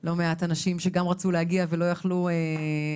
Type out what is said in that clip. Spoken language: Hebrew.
לא מעט אנשים שגם רצו להגיע ולא יכלו להגיע,